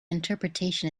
interpretation